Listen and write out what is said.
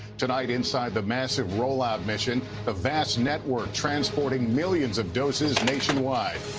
tonight inside the massive rollou mission, the vast network transporting millions of doses nationwide.